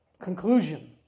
conclusion